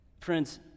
friends